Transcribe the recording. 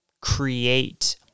create